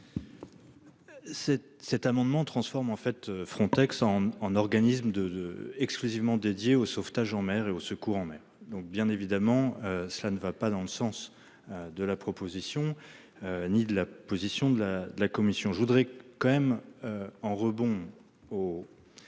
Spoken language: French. cet amendement transforme en fait Frontex en en organisme de exclusivement dédié au sauvetage en mer et au secours en mer, donc bien évidemment cela ne va pas dans le sens. De la proposition. Ni de la position de la de la commission. Je voudrais quand même en rebond au.